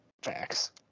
Facts